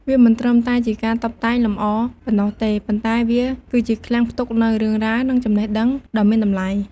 វាមិនត្រឹមតែជាការតុបតែងលម្អប៉ុណ្ណោះទេ ប៉ុន្តែវាគឺជាឃ្លាំងផ្ទុកនូវរឿងរ៉ាវ និងចំណេះដឹងដ៏មានតម្លៃ។